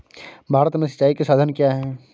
भारत में सिंचाई के साधन क्या है?